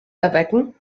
erwecken